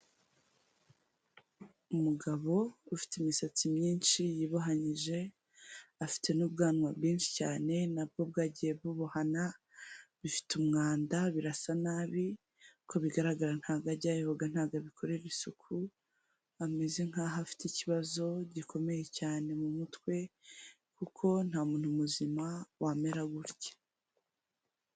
Umugabo ufite imisatsi myinshi yibohanyije, afite n'ubwanwa bwinshi cyane na bwo bwagiye bubohana, bifite umwanda birasa nabi, uko bigaragara ntabwo ajya yoga, ntabwo abikorera isuku, ameze nk'aho afite ikibazo gikomeye cyane mu mutwe kuko nta muntu muzima wamera gutya.